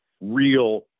real